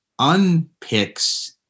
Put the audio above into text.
unpicks